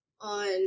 on